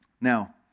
Now